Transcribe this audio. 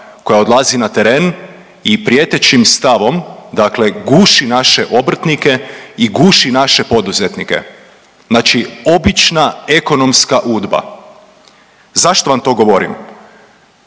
koja odlazi na teren i prijetećim stavom dakle guši naše obrtnike i guši naše poduzetnike, znači obična ekonomska Udba. Zašto vam to govorim?